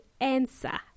answer